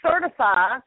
certify